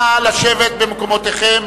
נא לשבת במקומותיכם,